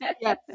Yes